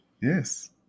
Yes